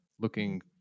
looking